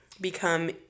become